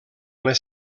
les